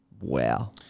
wow